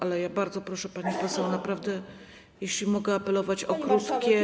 Ale bardzo proszę, pani poseł, naprawdę, jeśli mogę apelować o krótkie.